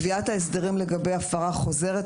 קביעת ההסדרים לגבי הפרה חוזרת,